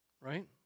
right